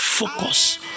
Focus